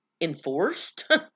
enforced